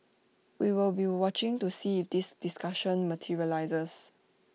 we will be watching to see if this discussion materialises